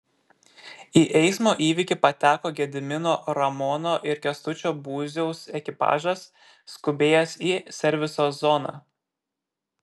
į eismo įvykį pateko gedimino ramono ir kęstučio būziaus ekipažas skubėjęs į serviso zoną